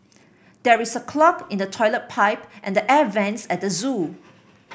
there is a clog in the toilet pipe and the air vents at the zoo